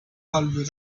could